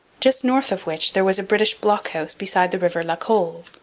just north of which there was a british blockhouse beside the river la colle,